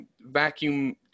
vacuum